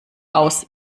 aus